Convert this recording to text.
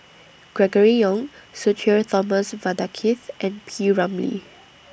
Gregory Yong Sudhir Thomas Vadaketh and P Ramlee